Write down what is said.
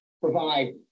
provide